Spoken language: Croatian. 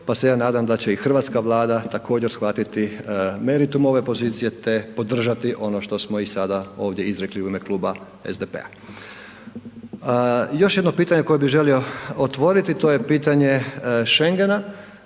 pa se ja nadam da će i hrvatska Vlada također shvatiti meritum ove pozicije te podržati ono što smo i sada ovdje izrekli u ime kluba SDP-a. Još jedno pitanje koje bih želio otvoriti to je pitanje Schengena.